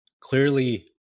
clearly